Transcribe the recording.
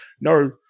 no